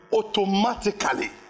automatically